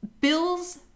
Bill's